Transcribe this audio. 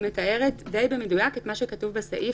היא מתארת די במדויק את מה שכתוב בסעיף,